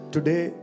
Today